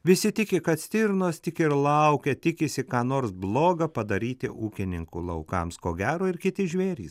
visi tiki kad stirnos tik ir laukia tikisi ką nors bloga padaryti ūkininkų laukams ko gero ir kiti žvėrys